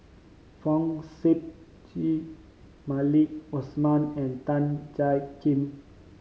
Fong Sip Chee Maliki Osman and Tan Jiak Kim